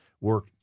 work